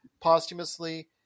posthumously